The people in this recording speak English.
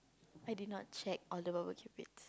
I did not check on the barbecue pits